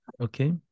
Okay